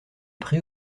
pré